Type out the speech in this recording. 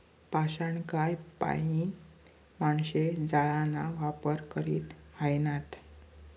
पाषाणकाय पाईन माणशे जाळाना वापर करी ह्रायनात